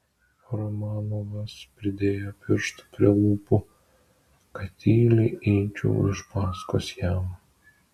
romanovas pridėjo pirštą prie lūpų kad tyliai eičiau iš paskos jam